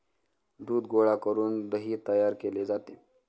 दूध गोळा करून दही तयार केले जाते